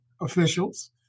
officials